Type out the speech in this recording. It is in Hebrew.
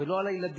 ולא על הילדים,